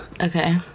Okay